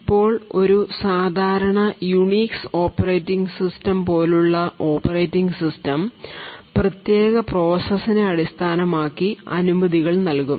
ഇപ്പോൾ ഒരു സാധാരണ യുണിക്സ് ഓപ്പറേറ്റിംഗ് സിസ്റ്റം പോലുള്ള ഓപ്പറേറ്റിംഗ് സിസ്റ്റം പ്രത്യേക പ്രോസസ്സിനെ അടിസ്ഥാനമാക്കി അനുമതികൾ നൽകും